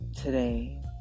today